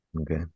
Okay